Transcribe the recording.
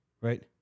right